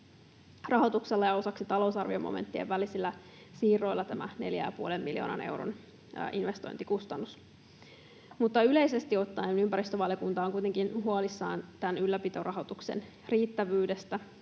rahoituksella ja osaksi talousarviomomenttien välisillä siirroilla. Yleisesti ottaen ympäristövaliokunta on kuitenkin huolissaan tämän ylläpitorahoituksen riittävyydestä,